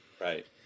Right